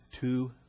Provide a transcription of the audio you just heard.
two